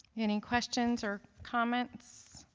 any questions or comments